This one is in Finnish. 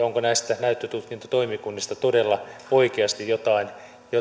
onko näistä näyttötutkintotoimikunnista todella oikeasti jotain järkevää